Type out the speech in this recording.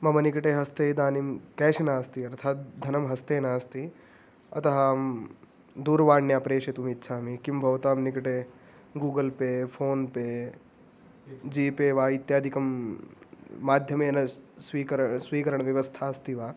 मम निकटे हस्ते इदानीं केश् नास्ति अर्थात् धनं हस्ते नास्ति अतः अहं दूरवाण्या प्रेषितुम् इच्छामि किं भवतां निकटे Google Pay PhonePe GPay वा इत्यादिकं माध्यमेन स् स्वीकरोति स्वीकरणव्यवस्था अस्ति वा